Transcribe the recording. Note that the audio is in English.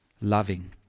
loving